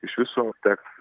iš viso teks